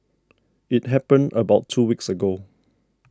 it happened about two weeks ago